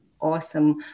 awesome